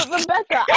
Rebecca